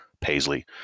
Paisley